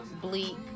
bleak